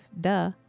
Duh